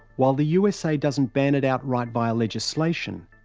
while the usa doesn't ban it outright via legislation,